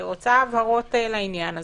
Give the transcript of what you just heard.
אני רוצה הבהרות לעניין הזה.